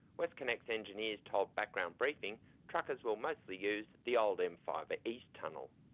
westconnex engineers told background briefing truckers will mostly use the old m five ah east tunnel.